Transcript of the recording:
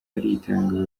aritanga